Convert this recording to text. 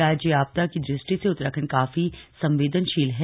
राज्य आपदा की दृ ष्टि से उत्तराखंड काफी संवेदनशील है